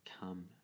come